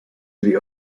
the